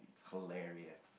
hilarious